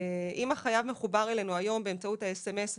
אם החייב מחובר אלינו היום באמצעות הסמס והמייל,